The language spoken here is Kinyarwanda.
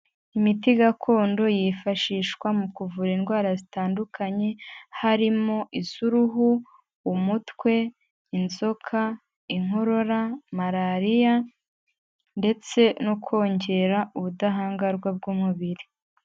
Imiti gakondo yifashishwa mu kuvura indwara zitandukanye harimo iz'uruhu, umutwe, inzoka, inkorora, malariya ndetse no kongera ubudahangarwa bw'umubiri.